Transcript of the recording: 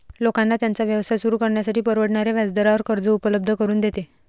लोकांना त्यांचा व्यवसाय सुरू करण्यासाठी परवडणाऱ्या व्याजदरावर कर्ज उपलब्ध करून देते